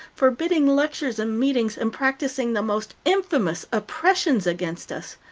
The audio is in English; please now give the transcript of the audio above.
forbidding lectures and meetings, and practicing the most infamous oppressions against us.